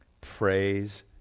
Praise